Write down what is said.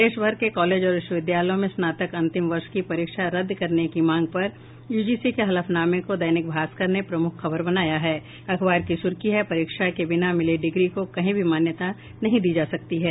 देशभर के कॉलेजों और विश्वविद्यालयों में स्नातक अंतिम वर्ष की परीक्षा रद्द करने की मांग पर यूजीसी के हलफनामे को दैनिक भास्कर ने प्रमुख खबर बनाया है अखबार की सुर्खी है परीक्षा के बिना मिली डिग्री को कहीं भी मान्यता नहीं दी जा सकती है